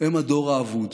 הם הדור האבוד,